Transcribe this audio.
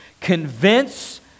convince